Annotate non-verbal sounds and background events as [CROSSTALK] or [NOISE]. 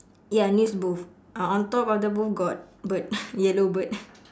ya news booth uh on top of the booth got bird [LAUGHS] yellow bird [LAUGHS]